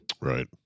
right